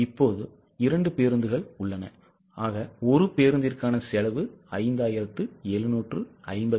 இப்போது இரண்டு பேருந்துகள் உள்ளன ஒரு பேருந்திற்கான செலவு 5756